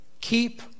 keep